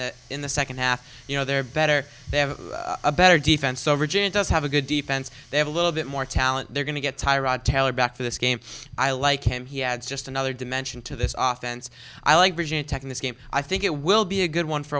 the second half you know they're better they have a better defense so virginia does have a good defense they have a little bit more talent they're going to get tired taylor back to this game i like him he adds just another dimension to this off and i like virginia tech in this game i think it will be a good one for